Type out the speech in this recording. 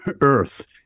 Earth